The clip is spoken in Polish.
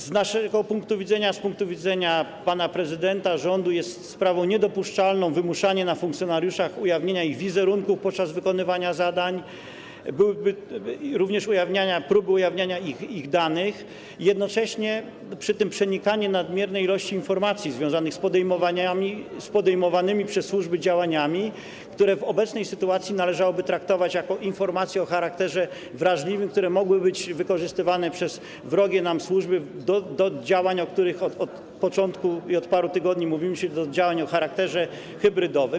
Z naszego punktu widzenia, z punktu widzenia pana prezydenta, rządu, jest sprawą niedopuszczalną wymuszanie na funkcjonariuszach ujawnienia ich wizerunków podczas wykonywania zadań, również próby ujawniania ich danych, podobnie przenikanie nadmiernej ilości informacji związanych z podejmowanymi przez służby działaniami, które w obecnej sytuacji należałoby traktować jako informacje o charakterze wrażliwym, które mogłyby być wykorzystywane przez wrogie nam służby do działań, o których od początku, od paru tygodni mówimy, do działań o charakterze hybrydowym.